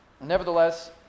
Nevertheless